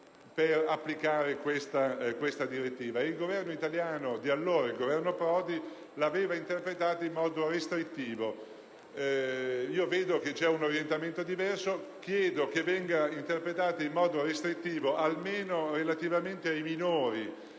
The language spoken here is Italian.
per applicare questa direttiva. Il Governo italiano di allora, il Governo Prodi, l'aveva interpretata in modo restrittivo; ora vedo che c'è un orientamento diverso. Chiedo pertanto che venga interpretata in modo restrittivo almeno relativamente ai minori,